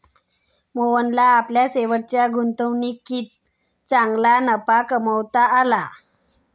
मोहनला आपल्या शेवटच्या गुंतवणुकीत चांगला नफा कमावता आला